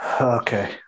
Okay